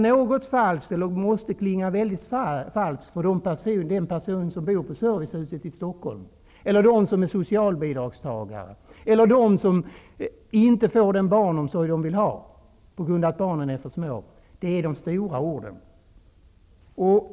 Det som måste klinga väldigt falskt i öronen på dem som bor på det privata servicehuset i Stockholm, på socialbidragstagarna eller på dem som inte får den barnomsorg de vill ha på grund av att barnen är för små, det är de stora orden.